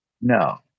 No